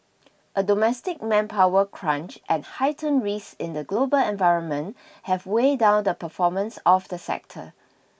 a domestic manpower crunch and heightened risk in the global environment have weighed down the performance of the sector